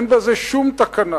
אין לזה שום תקנה.